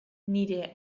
nire